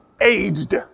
aged